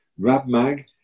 Rabmag